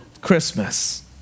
Christmas